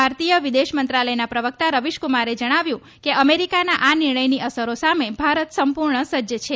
ભારતીય વિદેશ મંત્રાલયના પ્રવક્તા રવીશ કુમારે જણાવ્યું કે અમેરિકાના આ નિર્ણયની અસરો સામે ભારત સંપૂર્ણ સજ્જ છે